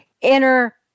Inner